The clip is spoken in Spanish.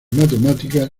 matemáticas